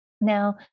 Now